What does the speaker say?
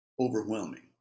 overwhelming